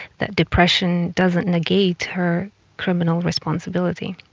that depression doesn't negate her criminal responsibility.